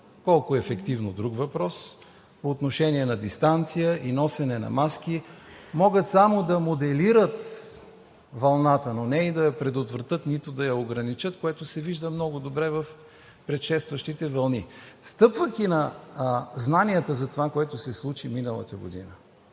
колко ефективно, друг въпрос, по отношение на дистанция и носене на маски, могат само да моделират вълната, но не и да я предотвратят, нито да я ограничат, което се вижда много добре в предшестващите вълни. Стъпвайки на знанията за това, което се случи миналата година,